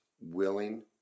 willing